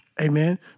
Amen